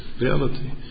reality